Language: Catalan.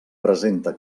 presenta